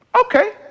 Okay